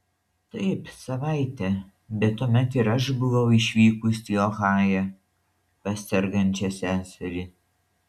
taip savaitę bet tuomet ir aš buvau išvykusi į ohają pas sergančią seserį